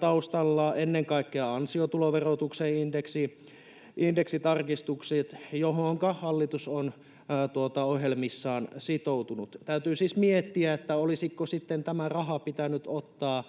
taustalla ovat ennen kaikkea ansiotuloverotuksen indeksitarkistukset, joihinka hallitus on ohjelmassaan sitoutunut. Täytyy siis miettiä, olisiko sitten tämä raha pitänyt ottaa